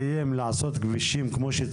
הם באים לעשות את העבודה שלהם ואנחנו לא נתנפל עליהם.